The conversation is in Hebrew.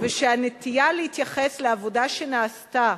ושהנטייה להתייחס לעבודה שנעשתה